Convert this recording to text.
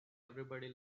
everybody